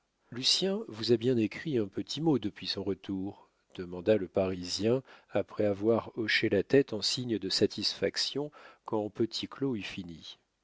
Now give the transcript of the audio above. angoulême lucien vous a bien écrit un petit mot depuis son retour demanda le parisien après avoir hoché la tête en signe de satisfaction quand petit claud eut fini